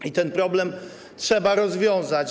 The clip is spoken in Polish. I ten problem trzeba rozwiązać.